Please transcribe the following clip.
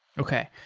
okay.